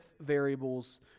variables